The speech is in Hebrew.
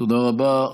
תודה רבה.